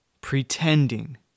pretending